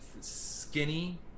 skinny